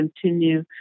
continue